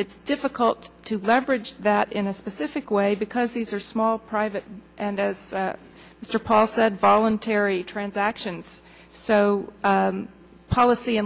it's difficult to leverage that in a specific way because these are small private and as sir paul said voluntary transactions so policy